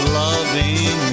loving